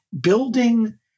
building